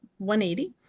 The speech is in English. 180